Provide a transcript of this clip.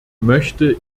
möchte